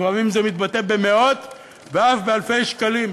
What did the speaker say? לפעמים זה מתבטא במאות ואף באלפי שקלים.